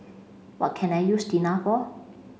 what can I use Tena for